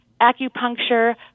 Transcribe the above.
acupuncture